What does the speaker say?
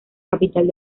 capital